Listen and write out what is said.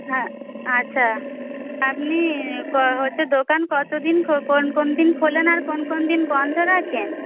হ্যাঁ আচ্ছা আপনি হচ্ছে দোকান কত দিন কোন কোন দিন খোলেন আর কোন কোন দিন বন্ধ রাখেন